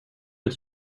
ett